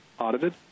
audited